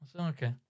Okay